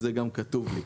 זה גם כתוב לי.